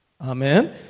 Amen